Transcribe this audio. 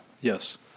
Yes